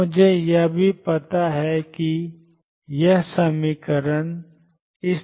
अब मुझे यह भी पता है कि fx ∞dxfxδx x